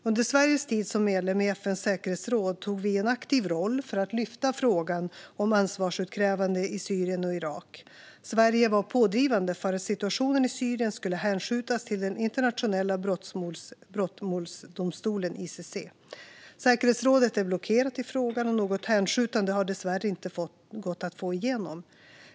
Under Sveriges tid som medlem i FN:s säkerhetsråd tog vi en aktiv roll för att lyfta frågan om ansvarsutkrävande i Syrien och Irak. Sverige var pådrivande för att situationen i Syrien skulle hänskjutas till den internationella brottmålsdomstolen, ICC. Säkerhetsrådet är blockerat i frågan, och något hänskjutande har dessvärre inte gått att få igenom.